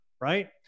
right